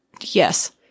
Yes